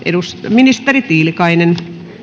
ministeri tiilikainen